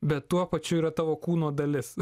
bet tuo pačiu yra tavo kūno dalis